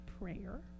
prayer